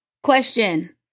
Question